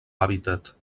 hàbitat